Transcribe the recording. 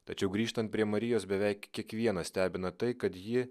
tačiau grįžtant prie marijos beveik kiekvieną stebina tai kad ji